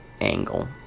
Angle